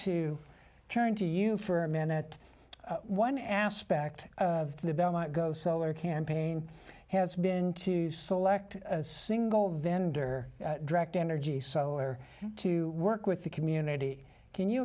to turn to you for a minute one aspect of the belmont go solar campaign has been to select a single vendor direct energy solar to work with the community can you